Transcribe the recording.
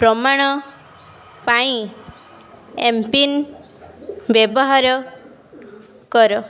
ପ୍ରମାଣ ପାଇଁ ଏମ୍ପିନ୍ ବ୍ୟବହାର କର